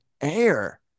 Air